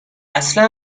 اصلا